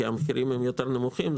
כי המחירים הם יותר נמוכים,